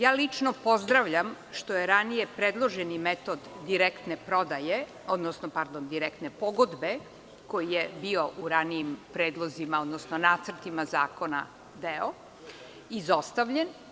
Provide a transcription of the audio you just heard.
Ja lično pozdravljam što je ranije predloženi metod direktne prodaje, odnosno direktne pogodbe, koji je bio u ranijim predlozima odnosno nacrtima zakona, izostavljen.